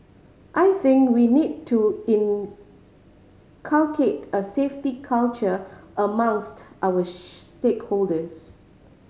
I think we need to inculcate a safety culture amongst our stakeholders